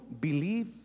believe